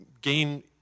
gain